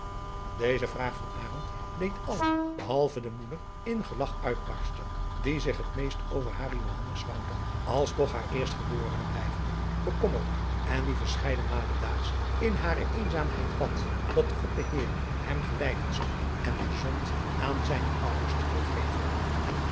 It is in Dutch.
deze vraag van arend deed allen behalve de moeder in gelach uitbarsten die zich het meest over haren johannes wouter als toch haar eerstgeborene blijvende bekommerde en die verscheiden malen daags in hare eenzaamheid bad dat god adriaan loosjes pzn het leven van johannes wouter blommesteyn de heer hem geleiden zou en gezond aan zijne ouders teruggeven